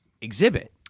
exhibit